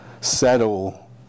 settle